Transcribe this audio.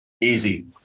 Easy